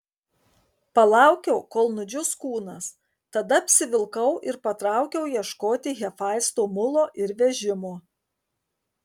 palaukiau kol nudžius kūnas tada apsivilkau ir patraukiau ieškoti hefaisto mulo ir vežimo